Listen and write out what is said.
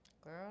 Girl